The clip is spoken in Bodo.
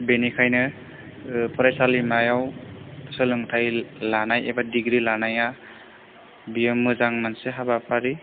बेनिखायनो फरायसालिमायाव सोलोंथाइ लानाय एबा दिग्रि लानाया बियो मोजां मोनसे हाबाफारि